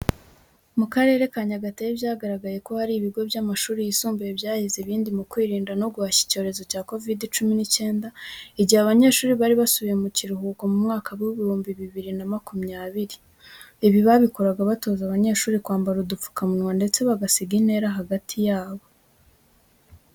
Mu Karere ka Nyagatare byagaragaye ko hari ibigo by'amashuri yisumbuye byahize ibindi mu kwirinda no guhashya icyorezo cya Kovide cyumi n'icyenda, igihe abanyeshuri bari barasubiye ku ishuri mu mwaka w'ibihumbi bibiri na makumyabiri. Ibi babikoraga batoza abanyeshuri kwambara udupfukamunwa ndetse bagasiga intera hagati yabo.